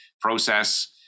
process